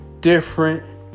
different